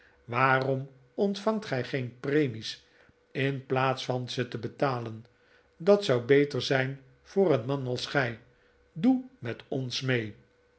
waarom ontvangt gij geen premies in plaats van ze te betalen dat zou beter zijn voor een man als gij doe met ons mee